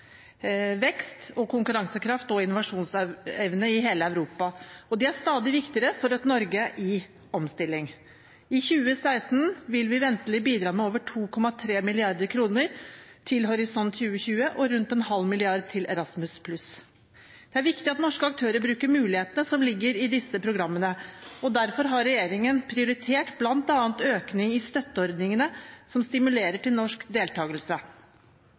vekst, konkurransekraft og innovasjonsevne i hele Europa, og de er stadig viktigere for et Norge i omstilling. I 2016 vil vi ventelig bidra med over 2,3 mrd. kr til Horisont 2020 og rundt 0,5 mrd. kr til Erasmus+. Det er viktig at norske aktører bruker mulighetene som ligger i disse programmene, og derfor har regjeringen prioritert bl.a. økning i støtteordningene som stimulerer til norsk